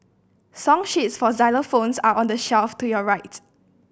song sheets for xylophones are on the shelf to your right